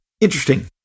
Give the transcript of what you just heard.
interesting